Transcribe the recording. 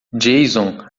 jason